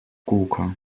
kółko